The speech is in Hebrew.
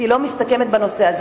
היא לא מסתכמת בנושא הזה.